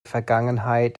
vergangenheit